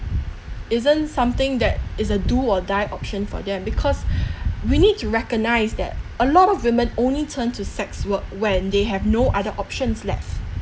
isn't something that is a do or die option for them because we need to recognise that a lot of women only turn to sex work when they have no other options left